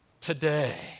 today